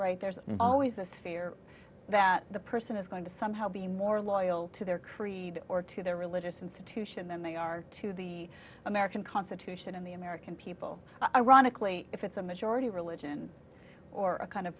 right there's always this fear that the person is going to somehow be more loyal to their creed or to their religious institution than they are to the american constitution and the american people ironically if it's a majority religion or a kind of